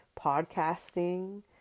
podcasting